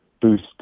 boost